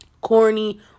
Corny